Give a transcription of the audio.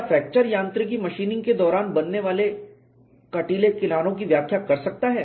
क्या फ्रैक्चर यांत्रिकी मशीनिंग के दौरान बनने वाले कंटीले किनारों की व्याख्या कर सकता है